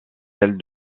celle